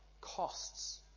costs